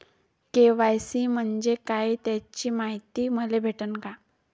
KYC म्हंजे काय त्याची मायती मले भेटन का?